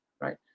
right